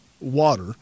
water